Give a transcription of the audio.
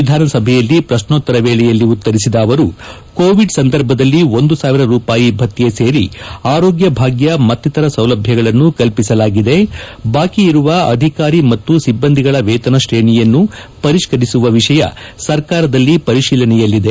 ವಿಧಾನ ಸಭೆಯಲ್ಲಿ ಪ್ರಶ್ನೋತ್ತರ ವೇಳೆಯಲ್ಲಿ ಉತ್ತರಿಸಿದ ಅವರು ಕೋವಿಡ್ ಸಂದರ್ಭದಲ್ಲಿ ಒಂದು ಸಾವಿರ ರೂಪಾಯಿ ಭತ್ತೆ ಸೇರಿ ಆರೋಗ್ಯ ಭಾಗ್ಯ ಮತ್ತಿತರ ಸೌಲಭ್ಯಗಳನ್ನು ಕಲ್ಪಿಸಲಾಗಿದೆ ಬಾಕಿಯಿರುವ ಅಧಿಕಾರಿ ಮತ್ತು ಸಿಬ್ಬಂದಿಗಳ ವೇತನ ತ್ರೇಣಿಯನ್ನು ಪರಿಷ್ಠರಿಸುವ ವಿಷಯ ಸರ್ಕಾರದಲ್ಲಿ ಪರಿತೀಲನೆಯಲ್ಲಿದೆ